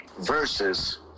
versus